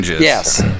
Yes